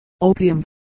Opium